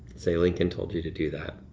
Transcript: say, lincoln told you to do that.